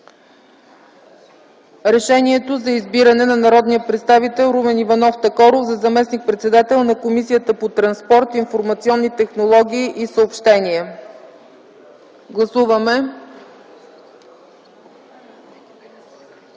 решението за избиране на народния представител Румен Иванов Такоров за заместник-председател на Комисията по транспорт, информационни технологии и съобщения. Гласували